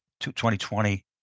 2020